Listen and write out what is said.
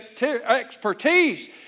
expertise